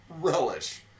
Relish